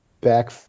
back